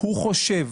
הוא חושב